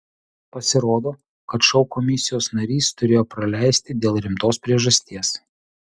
pasirodo kad šou komisijos narys turėjo praleisti dėl rimtos priežasties